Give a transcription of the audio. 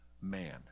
man